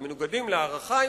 הם מנוגדים לערכי,